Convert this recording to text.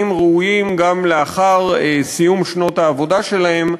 ראויים גם לאחר סיום שנות העבודה שלהם,